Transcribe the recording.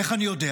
איך אני יודע?